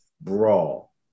brawl